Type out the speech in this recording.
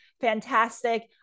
fantastic